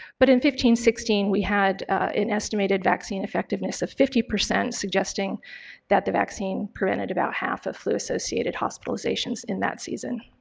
but in fifteen sixteen we had an estimated vaccine effectiveness of fifty percent suggesting that the vaccine prevented about half of flu associated hospitalizations in that season.